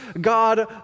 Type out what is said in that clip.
God